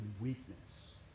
weakness